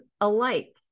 alike